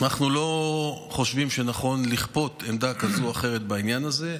אנחנו לא חושבים שנכון לכפות עמדה כזאת או אחרת בעניין הזה,